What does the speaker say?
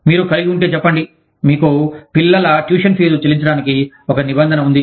మీరు కలిగి ఉంటే చెప్పండి మీకు పిల్లల ట్యూషన్ ఫీజు చెల్లించడానికి ఒక నిబంధన ఉంది